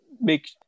make